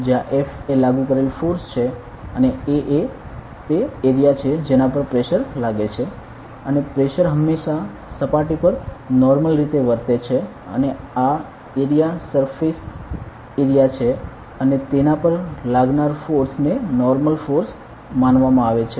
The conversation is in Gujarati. જ્યાં F એ લાગુ કરેલ ફોર્સ છે અને A એ તે એરિયા છે જેના પર પ્રેશર લાગે છે અને પ્રેશર હંમેશાં સપાટી પર નોર્મલ રીતે વર્તે છે અને આ એરિયા સરફેસ એરિયા છે અને તેના પર લાગનાર ફોર્સ ને નોર્મલ ફોર્સ માનવામાં આવે છે